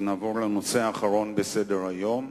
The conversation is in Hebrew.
נעבור לנושא האחרון בסדר-היום: